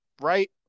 right